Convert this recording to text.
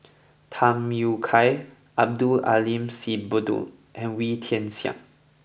Tham Yui Kai Abdul Aleem Siddique and Wee Tian Siak